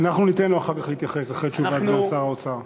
ניתן לו אחר כך להתייחס, אחרי תשובת סגן שר האוצר.